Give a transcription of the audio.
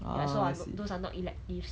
ya so I those are not electives